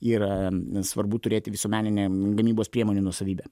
yra svarbu turėti visuomeninę gamybos priemonių nuosavybę